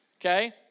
Okay